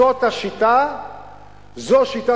זאת שיטת השוק,